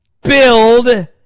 build